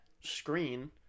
screen